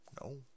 No